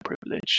privilege